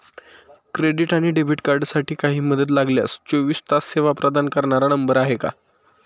Credit आणि debit कार्डसाठी काही मदत लागल्यास चोवीस तास सेवा प्रदान करणारा नंबर आहे का?